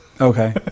okay